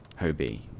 Hobie